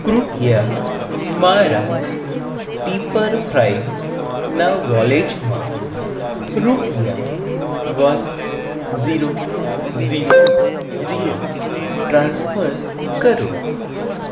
કૃપયા મારા પીપરફ્રાયના વોલેટમાં રૂપિયા one zero zero zero transfer કરો